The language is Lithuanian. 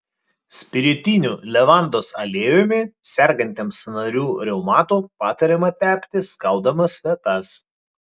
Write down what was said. spiritiniu levandos aliejumi sergantiems sąnarių reumatu patariama tepti skaudamas vietas